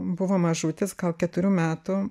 buvo mažutis gal keturių metų